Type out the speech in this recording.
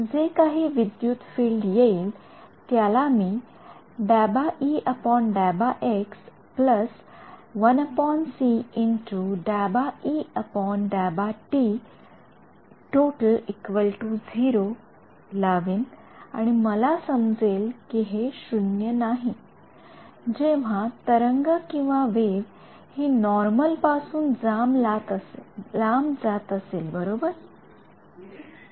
जे काही विद्युत फील्ड येईल त्याला मी लावीन आणि मला समजेल कि हे शून्य नाही जेव्हा तरंगवेव्ह हि नॉर्मल पासून लांब जात असेल बरोबर